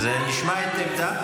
אז אולי נשמע את עמדת,